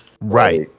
Right